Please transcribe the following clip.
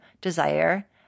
desire